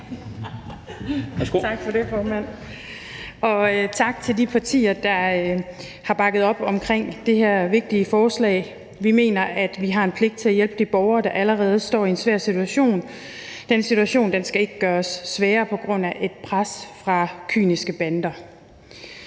Tak for det, formand, og tak til de partier, der har bakket op om det her vigtige forslag. Vi mener, at vi har en pligt til at hjælpe de borgere, der allerede står i en svær situation. Den situation skal ikke gøres sværere på grund af et pres fra kyniske bander.